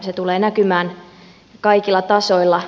se tulee näkymään kaikilla tasoilla